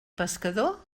pescador